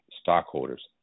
stockholders